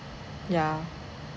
ya